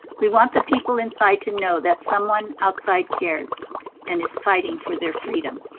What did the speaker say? we want the people inside to know that someone outside cares and is fighting for their freedom.